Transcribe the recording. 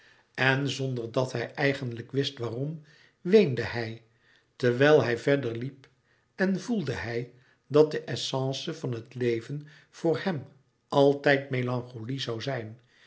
en zonder dat hij eigenlijk wist waarom weende hij terwijl hij verder liep en voelde hij dat de essence van het leven voor hém altijd melancholie zoû zijn